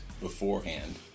beforehand